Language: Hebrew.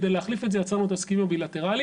כדי להחליף את זה יצרנו את ההסכמים הבילטראליים.